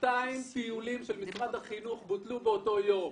200 טיולים של משרד החינוך בוטלו באותו יום